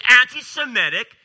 anti-Semitic